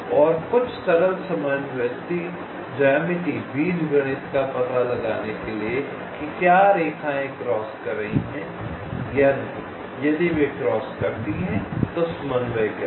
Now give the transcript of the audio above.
और कुछ सरल समन्वयित ज्यामिति बीजगणित का पता लगाने के लिए कि क्या रेखाएं क्रॉस कर रही हैं या नहीं यदि वे क्रॉस करते हैं कि समन्वय क्या है